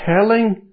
telling